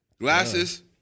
glasses